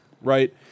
Right